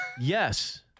yes